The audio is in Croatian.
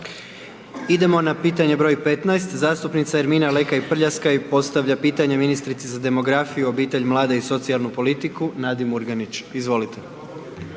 Idemo na pitanje broj 15, zastupnice Ermine Lekaj Prljaskaj postavlja pitanje ministrici za demografiju, obitelj, mlade i socijalnu politiku Nadi Murganić, izvolite.